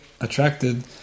attracted